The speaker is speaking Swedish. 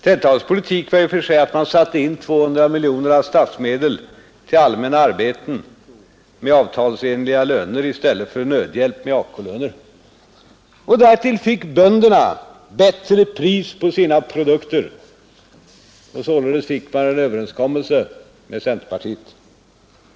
Denna politik innebar ju att man satte in 200 miljoner kronor av statsmedel till allmänna arbeten mot avtalsenliga löner i stället för till nödhjälpsarbete mot AK-löner. Därtill fick bönderna bättre priser för sina produkter, och härigenom fick man till stånd en överenskommelse med bondeförbundet.